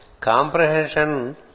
comprehension